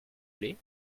plait